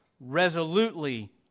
resolutely